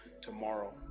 tomorrow